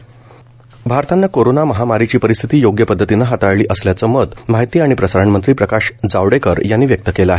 corona Javadekar भारतानं corona महामारीची परिस्थिती योग्य पदधतीनं हाताळली असल्याचं मत माहिती आणि प्रसारणमंत्री प्रकाश जावडेकर यांनी व्यक्त केलं आहे